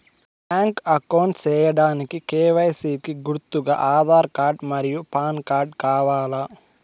Bank account సేయడానికి KYC కి గుర్తుగా ఆధార్ కార్డ్ మరియు పాన్ కార్డ్ కావాలా?